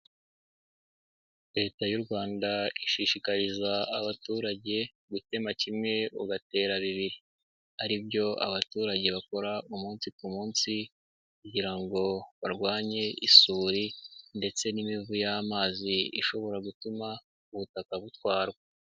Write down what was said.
Leta y'u Rwanda ishishikariza abaturage gutema kimwe ugatera bibiri ari byo abaturage bakora umunsi ku munsi kugira ngo barwanye isuri ndetse n'imivu y'amazi ishobora gutuma ubutaka butwarwa.